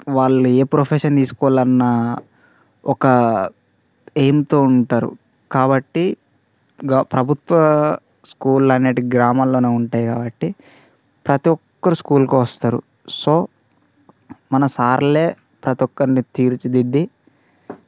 వాళ్ళు ఏ ప్రొఫెషన్ తీసుకోవాలి అన్న ఒక ఎయిమ్తో ఉంటారు కాబట్టీ గ ప్రభుత్వ స్కూల్ అనేటివి గ్రామంల్లోనే ఉంటాయి కాబట్టీ ప్రతీ ఒక్కరు స్కూల్కీ వస్తారు సో మన సార్లే ప్రతీ ఒక్కర్ని తీర్చిదిద్దీ